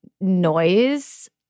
noise